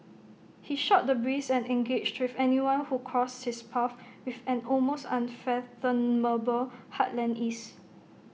he shot the breeze and engaged with anyone who crossed his path with an almost unfathomable heartland ease